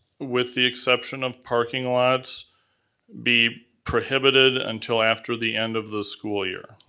with the exception of parking lots be prohibited until after the end of the school year.